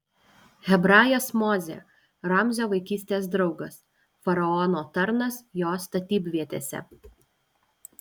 hebrajas mozė ramzio vaikystės draugas faraono tarnas jo statybvietėse